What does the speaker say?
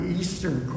eastern